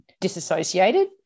disassociated